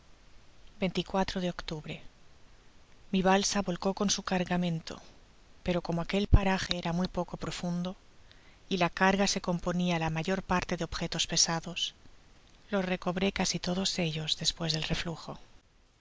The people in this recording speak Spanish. de octubre mi balsa volcó con su cargamento ero como aquel paraje era muy poco profundo y la carga se componia la mayor parte de objetos pesados los recobró casi todos ellos despues del reflujo